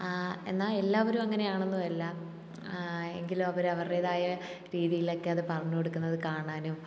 എന്നാൽ എല്ലാവരും അങ്ങനെ ആണെന്നുമല്ല എങ്കിലും അവർ അവരുടെതായ രീതിയിലോക്കെ അത് പറഞ്ഞു കൊടുക്കുന്നത് കാണാനും